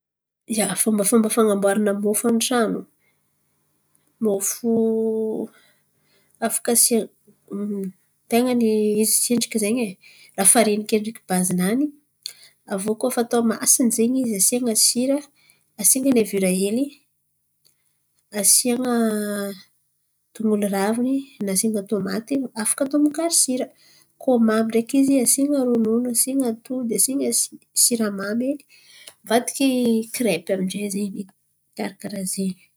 Fombafomba fan̈aboarana mofo an-trano. Mofo afaka asian̈a tain̈a izy akendriky lafariny akendriky baze-nany. Avio Koa fa atao masiny zen̈y izy asiana sira, asiana levira hely, asian̈a tongolo raviny na asian̈a tomaty afaka atô mokary sira. Koa mamy ndraiky izy asian̈a rô ino, asian̈a atody, asiana siramamy mivadiky kirepy aminjay zen̈y izy karà karàha zen̈y.